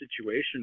situation